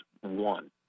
one